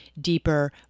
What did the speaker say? deeper